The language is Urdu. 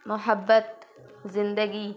محبت زندگی